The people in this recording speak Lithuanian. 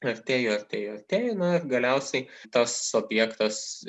artėju atrėju artėju na ir galiausiai tas objektas